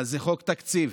אבל זה חוק תקציב.